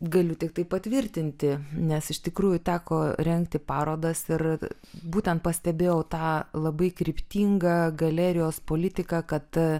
galiu tiktai patvirtinti nes iš tikrųjų teko rengti parodas ir būtent pastebėjau tą labai kryptingą galerijos politiką kad